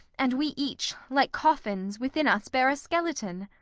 and we each, like coffins, within us bear a skeleton.